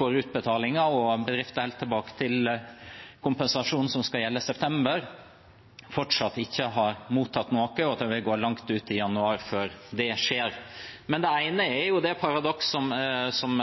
utbetalinger. Det er bedrifter som skulle ha fått kompensasjon for september, som fortsatt ikke har mottatt noe, og vi kommer langt ut i januar før det skjer. Det ene er det paradokset som